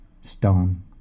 stone